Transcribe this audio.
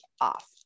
off